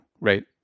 right